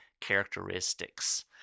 characteristics